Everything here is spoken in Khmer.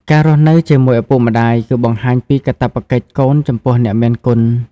ការរស់នៅជាមួយឪពុកម្តាយ គឺបង្ហាញពីកាតព្វកិច្ចកូនចំពោះអ្នកមានគុណ។